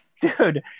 Dude